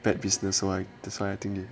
bad business so that's why I think they